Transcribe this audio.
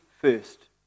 first